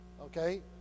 Okay